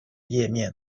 页面